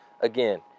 again